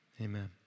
amen